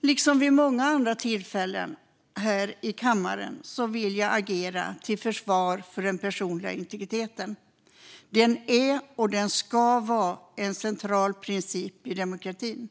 Liksom vid många andra tillfällen här i kammaren vill jag agera till försvar för den personliga integriteten. Den är och ska vara en central princip i en demokrati.